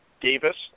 Davis